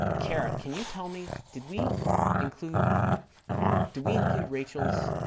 kara can you tell me did we include do we include rachel's